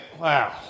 wow